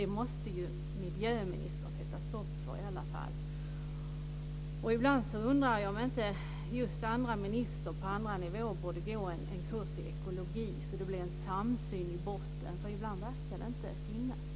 Det måste väl miljöministern i alla fall sätta stopp för. Ibland undrar jag om inte andra ministrar på andra nivåer borde gå en kurs i ekologi så att det i botten blir en samsyn. En sådan verkar ibland inte finnas.